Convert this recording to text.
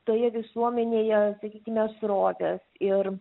toje visuomenėje sakykime srovės ir